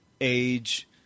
age